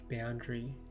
boundary